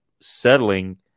settling